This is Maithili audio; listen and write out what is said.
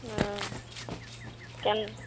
हुँ कोना